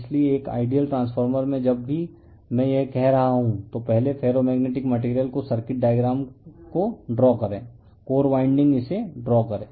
इसलिए एक ideal transformer में जब भी मैं यह कह रहा हूं तो पहले फेरोमैग्नेटिक मटेरियल को सर्किट डायग्राम को ड्रा करें कोर वाइंडिंग इसे ड्रा करें